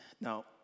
Now